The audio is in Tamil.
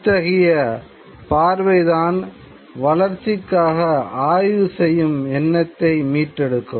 இத்தகைய பார்வைதான் வளர்ச்சிக்காக ஆய்வு செய்யும் எண்ணத்தை மீட்டெடுக்கும்